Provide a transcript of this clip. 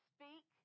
Speak